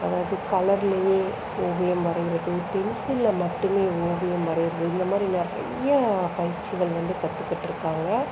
அதாவது கலர்லேயே ஓவியம் வரையுறது பென்சிலில் மட்டும் ஓவியம் வரையுறது இந்தமாதிரி நிறைய பயிற்சிகள் வந்து கற்றுகிட்ருக்காங்க